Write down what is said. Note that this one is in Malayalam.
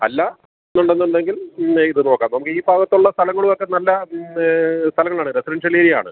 അല്ലാന്നുണ്ടെന്നുണ്ടെങ്കിൽ പിന്നെ ഇത് നോക്കാം നമുക്കീ ഭാഗത്തുള്ള സ്ഥലങ്ങളുമൊക്കെ നല്ല സ്ഥലങ്ങളാണ് റെസിഡെൻഷ്യൽ ഏരിയാണ്